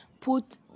Put